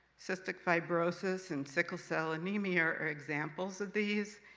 cystic fibrosis and sickle cell anemia are examples of these.